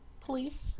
please